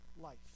life